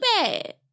bad